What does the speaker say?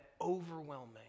overwhelming